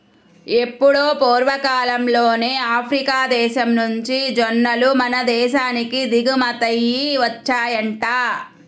ఎప్పుడో పూర్వకాలంలోనే ఆఫ్రికా దేశం నుంచి జొన్నలు మన దేశానికి దిగుమతయ్యి వచ్చాయంట